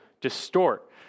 distort